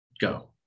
Go